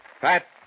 Pat